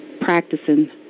practicing